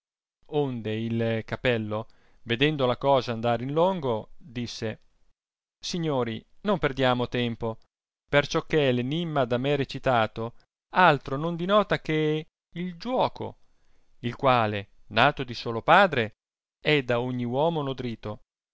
onde il capello vedendo la cosa andar in longo disse signori non perdiamo tempo perciò che enimma da me recitato altro non dinota che il giuoco il quale nato di solo padre è da ogni uomo nodrito